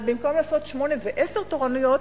אז במקום לעשות שמונה ועשר תורנויות,